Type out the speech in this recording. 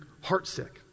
heartsick